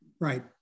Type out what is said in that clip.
Right